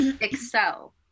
Excel